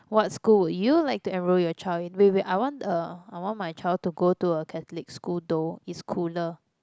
what school would you like to enrol your child in wait wait I want the I want my child to go to a Catholic school though it's cooler